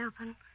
open